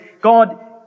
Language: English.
God